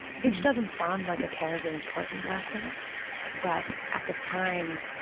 which doesn't sound like a terribly important lesson but at the time,